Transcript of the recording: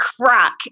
crack